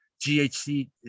GHC